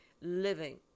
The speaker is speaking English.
living